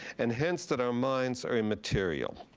and hence, that our minds are immaterial.